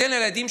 לא אתן להם.